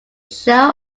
show